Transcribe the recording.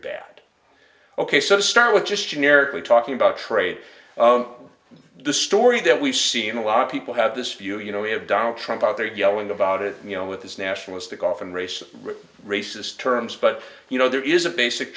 bad ok so start with just generically talking about trade the story that we've seen a lot of people have this view you know we have donald trump out there yelling about it you know with his nationalistic often race racist terms but you know there is a basic